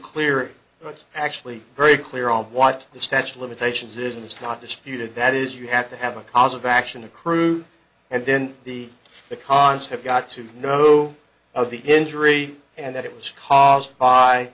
that it's actually very clear on what the statute of limitations is and it's not disputed that is you have to have a cause of action accrued and then the the concept got to know of the injury and that it was caused by